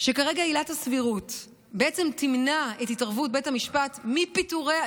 שכרגע עילת הסבירות בעצם תמנע את התערבות בית המשפט בפיטורי,